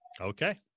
Okay